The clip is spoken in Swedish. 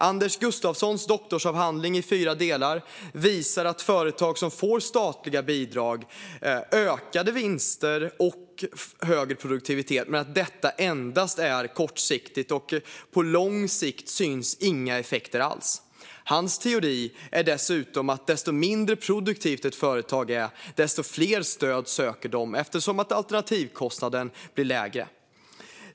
Anders Gustafssons doktorsavhandling i fyra delar visar att företag som får statliga bidrag uppvisade ökade vinster och ökad produktivitet men att detta endast är kortsiktigt. På lång sikt syns inga effekter alls. Hans teori är dessutom att ju mindre produktivt ett företag är, desto fler stöd söker man, eftersom alternativkostnaden blir lägre.